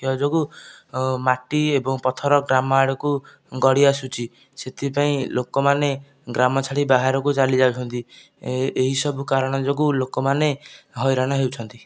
କ୍ଷୟ ଯୋଗୁଁ ମାଟି ଏବଂ ପଥର ଗ୍ରାମ ଆଡକୁ ଗଡ଼ି ଆସୁଛି ସେଥିପାଇଁ ଲୋକ ମାନେ ଗ୍ରାମ ଛାଡ଼ି ବାହାରକୁ ଚାଲିଯାଉଛନ୍ତି ଏ ଏହିସବୁ କାରଣ ଯୋଗୁଁ ଲୋକମାନେ ହଇରାଣ ହେଉଛନ୍ତି